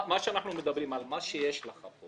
מה שיש לך פה